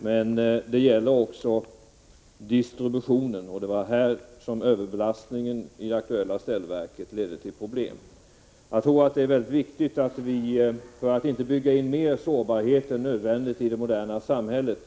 Men det kan också förekomma brister i fråga om distributionen, och det var just på det området som överbelastningen i det aktuella ställverket ledde till problem. Det gäller att inte bygga in mer sårbarhet än nödvändigt i det moderna samhället.